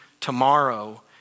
tomorrow